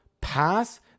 pass